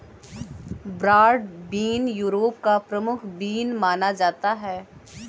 broad bean Europe का प्रमुख bean माना जाता है